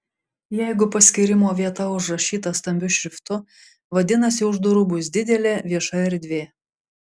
jeigu paskyrimo vieta užrašyta stambiu šriftu vadinasi už durų bus didelė vieša erdvė